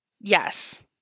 Yes